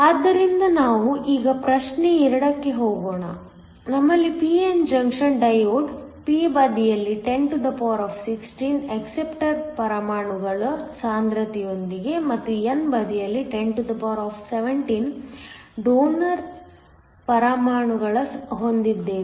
ಆದ್ದರಿಂದ ನಾವು ಈಗ ಪ್ರಶ್ನೆ 2 ಕ್ಕೆ ಹೋಗೋಣ ನಮ್ಮಲ್ಲಿ p n junction diode p ಬದಿಯಲ್ಲಿ 1016 ಅಕ್ಸಪ್ಟರ್ ಪರಮಾಣುಗಳ ಸಾಂದ್ರತೆಯೊಂದಿಗೆ ಮತ್ತು n ಬದಿಯಲ್ಲಿ 1017 ಡೋನರ್ ಪರಮಾಣುಗಳನ್ನು ಹೊಂದಿದ್ದೇವೆ